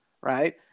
right